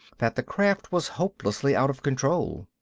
that the craft was hopelessly out of control.